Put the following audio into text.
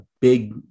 big